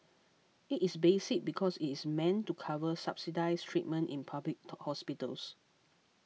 it is basic because it is meant to cover subsidised treatment in public hospitals